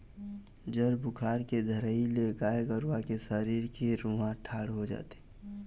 जर बुखार के धरई ले गाय गरुवा के सरीर के रूआँ ठाड़ हो जाथे